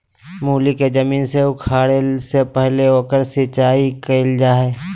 मूली के जमीन से उखाड़े से पहले ओकर सिंचाई कईल जा हइ